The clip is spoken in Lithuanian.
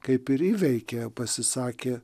kaip ir įveikė pasisakė